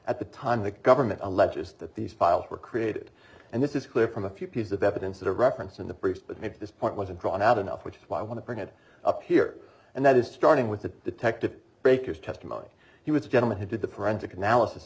at the time the government alleges that these files were created and this is clear from a few pieces of evidence that a reference in the brief that made this point was a drawn out enough which is why i want to bring it up here and that is starting with the detective baker's testimony he was a gentleman who did the forensic analysis